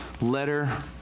letter